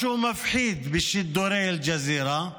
משהו מפחיד בשידורי אל-ג'זירה,